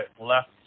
left